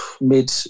mid